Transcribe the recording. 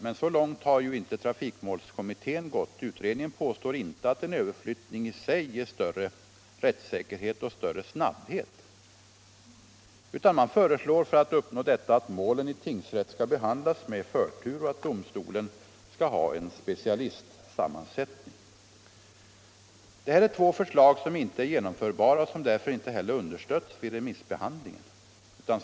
Men så långt har ju inte trafikmålskommittén gått. Utredningen påstår inte att en överflyttning i sig ger större rättssäkerhet och större snabbhet, utan för att uppnå detta föreslås att målen i tingsrätt skall behandlas med förtur och att domstolen skall ha en specialistsammansättning. Det här är två förslag som inte är genomförbara och har därför inte heller understötts vid remissbehandlingen.